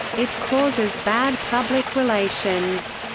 it causes bad public relations.